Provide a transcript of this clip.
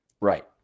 Right